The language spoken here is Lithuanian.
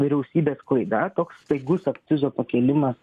vyriausybės klaida toks staigus akcizo pakėlimas